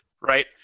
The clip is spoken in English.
right